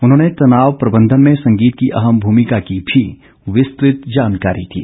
उन्होंने तनाव प्रबंधन में संगीत की अहम भूमिका की भी विस्तृत जानकारी दी